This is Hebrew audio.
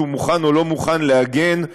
שהוא מוכן או לא מוכן להגן,